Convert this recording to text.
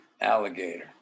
Alligator